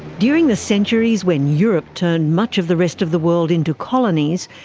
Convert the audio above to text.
during the centuries when europe turned much of the rest of the world into colonies,